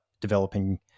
developing